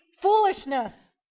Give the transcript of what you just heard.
foolishness